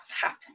happen